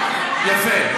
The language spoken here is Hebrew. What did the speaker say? חג החגים, יפה.